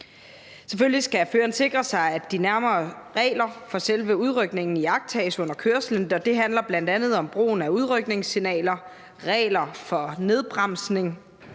Selvfølgelig skal føreren sikre sig, at de nærmere regler for selve udrykningen iagttages under kørslen, og det handler bl.a. om brugen af udrykningssignaler, regler for nedbremsning